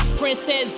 princess